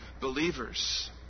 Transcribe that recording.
believers